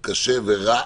קשה ורע.